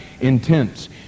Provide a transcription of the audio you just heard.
intense